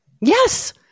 Yes